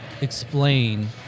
explain